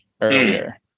earlier